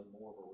more